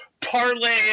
parlay